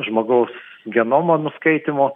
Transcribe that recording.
žmogaus genomo nuskaitymo